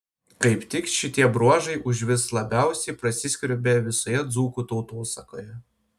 kaip tik šitie bruožai užvis labiausiai prasiskverbia visoje dzūkų tautosakoje